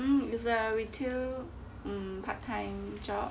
um is there a retail part time job